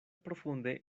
profunde